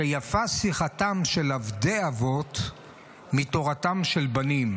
ש"יפה שיחתם של עבדי אבות מתורתם של בנים",